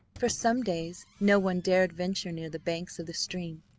for some days no one dared venture near the banks of the stream,